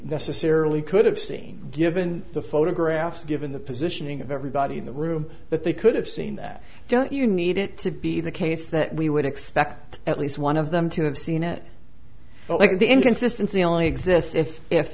necessarily could have seen given the photographs given the positioning of everybody in the room that they could have seen that don't you need it to be the case that we would expect at least one of them to have seen it but like the inconsistency only exists if if